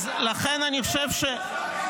--- איזה מספר שר אתה?